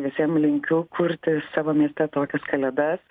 visiem linkiu kurti savo mieste tokias kalėdas